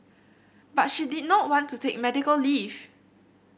but she did not want to take medical leave